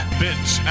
bits